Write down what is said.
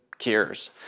cures